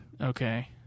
Okay